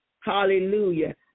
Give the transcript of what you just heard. hallelujah